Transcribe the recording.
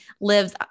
lives